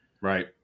Right